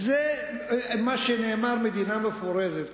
זה מה שנאמר, מדינה מפורזת.